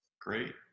Great